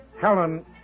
Helen